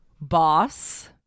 Boss